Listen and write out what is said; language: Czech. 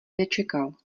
nečekal